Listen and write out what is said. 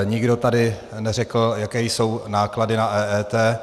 Nikdo tady neřekl, jaké jsou náklady na EET.